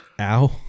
Ow